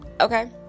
Okay